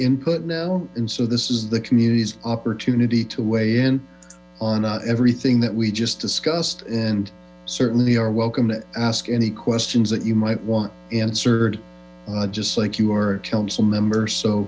input now and so this community's opportunity to weigh in on everything that we just discussed and certainly are welcome to ask any questions that you might want answered just like you are a council member so